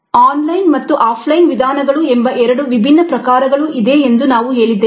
online ಮತ್ತು offline ವಿಧಾನಗಳು ಎಂಬ ಎರಡು ವಿಭಿನ್ನ ಪ್ರಕಾರಗಳು ಇದೆ ಎಂದು ನಾವು ಹೇಳಿದ್ದೇವೆ